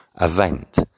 event